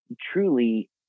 truly